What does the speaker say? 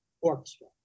Orchestra